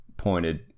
pointed